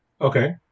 Okay